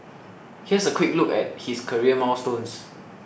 here's a quick look at his career milestones